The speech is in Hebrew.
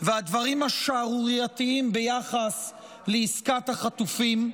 והדברים השערורייתיים ביחס לעסקת החטופים,